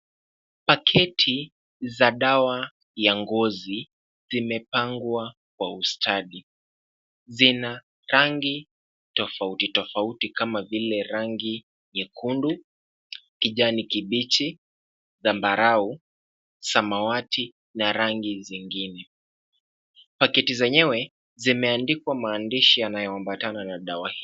Paketi za dawa ya ngozi zimepangwa kwa ustadi ,zina rangi tofauti tofauti kama vile rangi nyekundu ,kijani kibichi, zambarau ,samawati na rangi zingine .Paketi zenyewe zimeandikwa maandishi yanayoambatana na dawa hiyo .